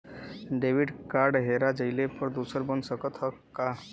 Debit card हेरा जइले पर दूसर बन सकत ह का?